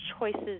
choices